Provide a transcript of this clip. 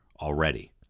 already